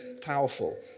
powerful